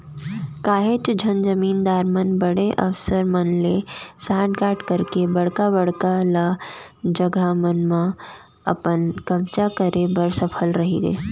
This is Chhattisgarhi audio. काहेच झन जमींदार मन बड़े अफसर मन ले सांठ गॉंठ करके बड़का बड़का ल जघा मन म अपन कब्जा करे बर सफल रहिगे